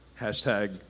Hashtag